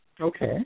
Okay